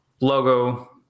logo